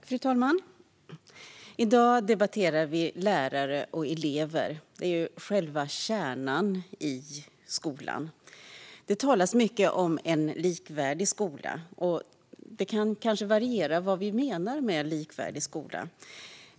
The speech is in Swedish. Fru talman! I dag debatterar vi lärare och elever. Detta är ju själva kärnan i skolan. Det talas mycket om en likvärdig skola, och det kan kanske variera vad vi menar med en likvärdig skola.